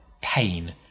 pain